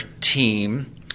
team